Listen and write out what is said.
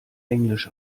englisch